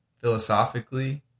philosophically